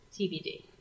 TBD